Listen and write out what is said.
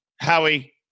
Howie